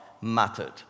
mattered